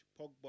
Pogba